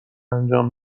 انجام